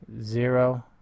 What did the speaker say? zero